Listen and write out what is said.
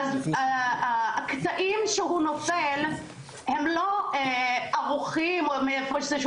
הקטעים שהוא נופל הם לא ערוכים או משהו,